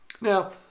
Now